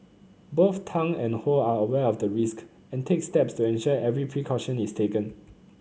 both Tang and Ho are aware of the risk and take steps to ensure every precaution is taken